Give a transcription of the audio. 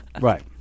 Right